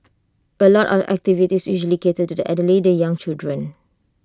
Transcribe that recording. A lot of activities usually cater to the elderly the young children